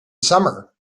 summer